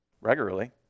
regularly